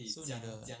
so 你的